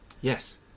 Yes